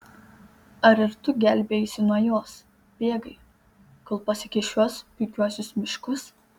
ar ir tu gelbėjaisi nuo jos bėgai kol pasiekei šiuos puikiuosius miškus